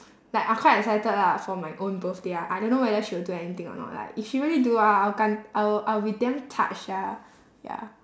like I'm quite excited lah for my own birthday ah I don't know whether she will do anything or not like if she really do ah I will 感 I will I will be damn touched sia ya